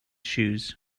shoes